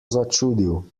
začudil